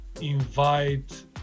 invite